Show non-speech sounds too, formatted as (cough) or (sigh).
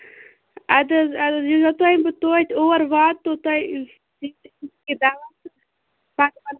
اَدٕ حظ اَدٕ حظ یوٚتٲنۍ بہٕ توتہِ اور واتہٕ تہٕ توٚتانۍ دِیٖو کیٚنٛہہ دوا تہٕ (unintelligible)